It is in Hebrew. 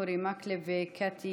אורי מקלב וקטי